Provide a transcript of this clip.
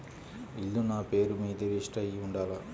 ఇల్లు నాపేరు మీదే రిజిస్టర్ అయ్యి ఉండాల?